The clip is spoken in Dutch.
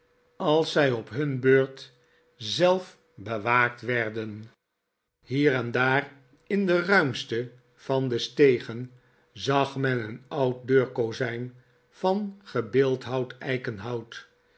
als zij op hun beurt zelf bewaakt werden hier en daar inde ruimste van de stegen zag men een oud deurkozijn van gebeeldhouwd eikenhout